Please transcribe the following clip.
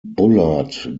bullard